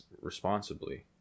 responsibly